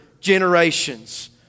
generations